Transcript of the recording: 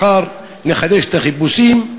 מחר נחדש את החיפושים.